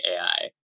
AI